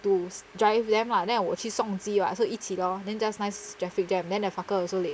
to drive them lah then 我去送机 [what] so 一起 lor then just nice traffic jam then that fucker also late